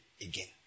again